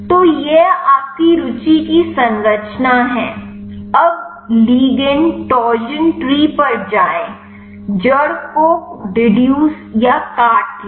तो यह आपकी रुचि की संरचना है अब लिगंड टॉर्जियन ट्री पर जाएं जड़ को काट लें